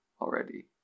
already